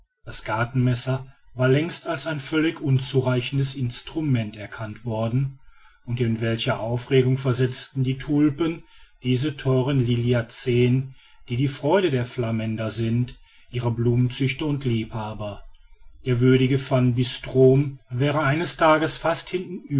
das gartenmesser war längst als ein völlig unzureichendes instrument erkannt worden und in welche aufregung versetzten die tulpen diese theuern liliaceen die die freude der flamänder sind ihre blumenzüchter und liebhaber der würdige van bistrom wäre eines tages fast